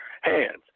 hands